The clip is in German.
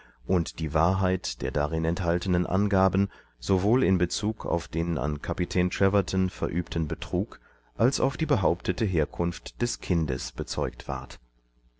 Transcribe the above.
und die wahrheit der darin enthaltenen angaben sowohl in bezug auf den an kapitän treverton verübten betrug als auf die behaupteteherkunftdeskindesbezeugtward mr